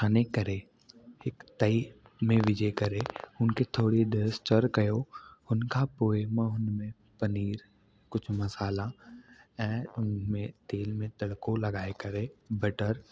छाणे करे हिक तई में विझी करे हुनखे थोरी देरि स्चर कयो हुन खां पोइ मां हुन में पनीर कुझु मसाला ऐं उन में तेल में तड़को लगाए करे बटर